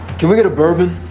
can we get a bourbon